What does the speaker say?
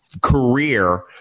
career